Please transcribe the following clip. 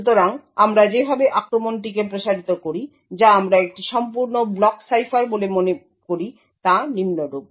সুতরাং আমরা যেভাবে আক্রমণটিকে প্রসারিত করি যা আমরা একটি সম্পূর্ণ ব্লক সাইফার বলে মনে করি তা নিম্নরূপ